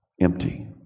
empty